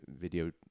video